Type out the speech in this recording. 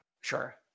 Sure